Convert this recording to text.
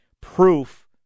proof